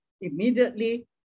immediately